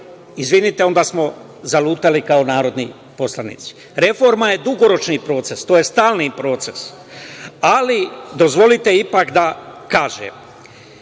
izvinite, onda smo zalutali kao narodni poslanici. Reforma je dugoročni proces, to je stalni proces. Dozvolite ipak da kažem,